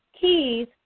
Keys